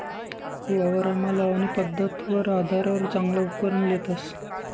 वावरमा लावणी पध्दतवर आधारवर चांगला उपकरण लेतस